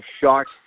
shark